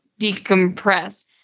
decompress